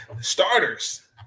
starters